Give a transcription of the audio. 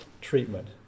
treatment